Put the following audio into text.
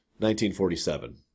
1947